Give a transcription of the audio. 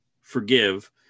forgive